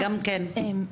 גם כן.